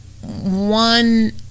one